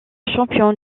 champion